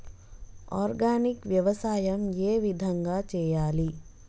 Organic వ్యవసాయం ఏ విధంగా చేయాలి?